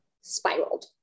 spiraled